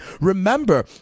remember